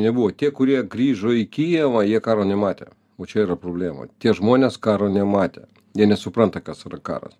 nebuvo tie kurie grįžo į kijevą jie karo nematė o čia yra problema tie žmonės karo nematė jie nesupranta kas yra karas